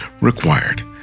required